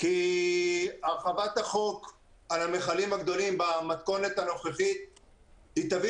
כי הרחבת החוק על המכלים הגדולים במתכונת הנוכחית תביא